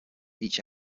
each